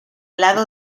lado